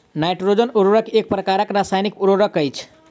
nitrogen उर्वरक एक प्रकारक रासायनिक उर्वरक अछि